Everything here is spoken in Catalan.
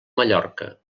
mallorca